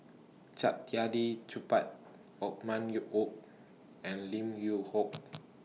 Saktiandi Supaat Othman YOU Wok and Lim Yew Hock